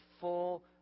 full